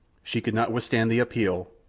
she could not withstand the appeal,